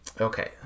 Okay